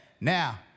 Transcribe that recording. now